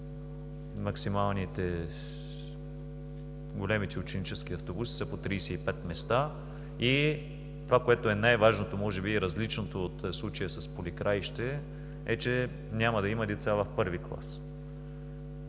автобус – големите ученически автобуси са с по 35 места, и това, което е най-важното – може би различното в случая с Поликраище, е, че няма да има деца в I клас.